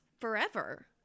forever